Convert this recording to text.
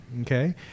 Okay